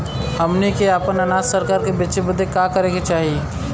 हमनी के आपन अनाज सरकार के बेचे बदे का करे के चाही?